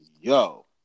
yo